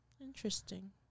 interesting